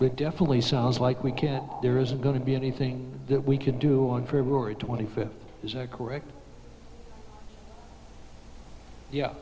it definitely sounds like we can there isn't going to be anything that we can do on february twenty fifth is that correct